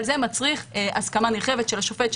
אבל זה מצריך הסכמה נרחבת של השופט,